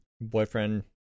Boyfriend